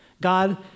God